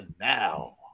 now